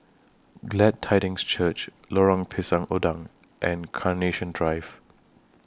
Glad Tidings Church Lorong Pisang Udang and Carnation Drive